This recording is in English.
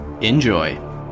Enjoy